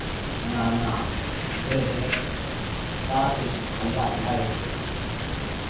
एना नहि एना धीरे धीरे सारा किछु अभ्यास भए जाइ छै